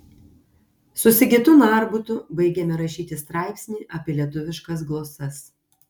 su sigitu narbutu baigėme rašyti straipsnį apie lietuviškas glosas